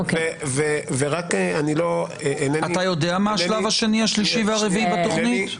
אתה יודע מה השלב השני, השלישי והרביעי בתוכנית?